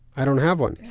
i don't have one,